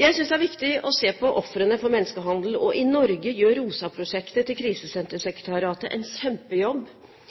Jeg synes det er viktig å se på ofrene for menneskehandel. I Norge gjør ROSA-prosjektet til Krisesentersekretariatet en kjempejobb